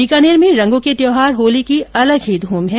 बीकानेर में रंगों के त्यौहार होली की अलग ही ध्म है